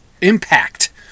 impact